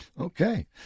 Okay